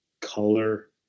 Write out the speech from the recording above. color